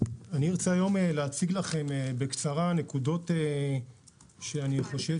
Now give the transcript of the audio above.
אני רוצה להציג לכם בקצרה נקודות שאני חושב